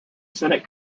senate